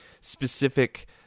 specific